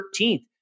13th